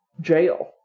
jail